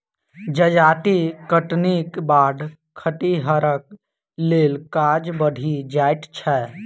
जजाति कटनीक बाद खतिहरक लेल काज बढ़ि जाइत छै